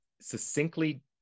succinctly